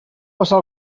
passar